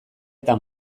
eta